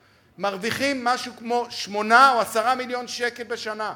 מרוויחים משהו כמו 8 או 10 מיליון שקל בשנה.